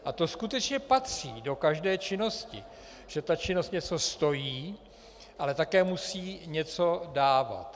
A to skutečně patří do každé činnosti, ta činnost něco stojí, ale také musí něco dávat.